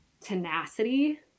tenacity